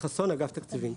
התקציבים.